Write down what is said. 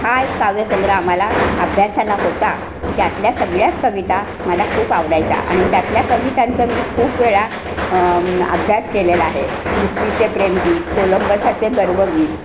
हा एक काव्यसंग्रह आम्हाला अभ्यासाला होता त्यातल्या सगळ्याच कविता मला खूप आवडायच्या आणि त्यातल्या कवितांचा मी खूप वेळा अभ्यास केलेला आहे पृथ्वीचे प्रेमगीत कोलंबसाचे गर्वगीत